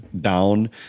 down